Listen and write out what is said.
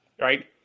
right